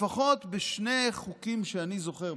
לפחות בשני חוקים שאני זוכר,